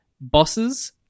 bosses